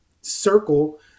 circle